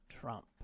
Trump